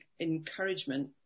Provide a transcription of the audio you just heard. encouragement